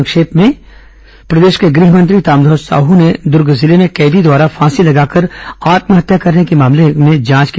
संक्षिप्त समाचार गृह मंत्री ताप्रध्वज साहू ने दुर्ग जिले में कैदी द्वारा फांसी लगाकर आत्महत्या करने के मामले में जांच के